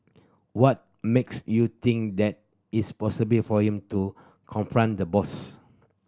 what makes you think that is possible for him to confront the boss